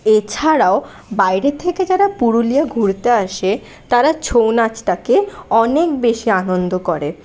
এছাড়াও বাইরে থেকে যারা পুরুলিয়া ঘুরতে আসে তারা ছৌ নাচটাকে অনেক বেশি আনন্দ করে